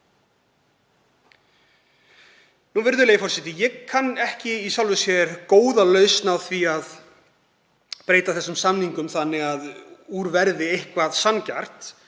Virðulegi forseti. Ég kann ekki í sjálfu sér góða lausn á því að breyta þessum samningum þannig að úr verði eitthvað sanngjarnt.